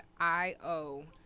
Io